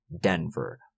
Denver